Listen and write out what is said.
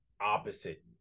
opposite